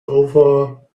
over